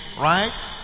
Right